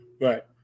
right